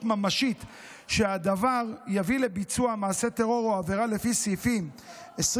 ממשית שהדבר יביא לביצוע מעשה טרור או עבירה לפי סעיף 22,